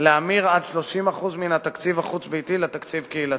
להמיר עד 30% מן התקציב החוץ-ביתי לתקציב קהילתי.